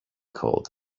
cold